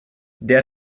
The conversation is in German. der